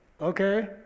okay